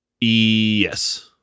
Yes